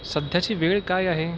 सध्याची वेळ काय आहे